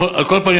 על כל פנים,